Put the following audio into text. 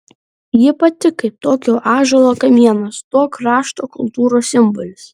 ji pati kaip tokio ąžuolo kamienas to krašto kultūros simbolis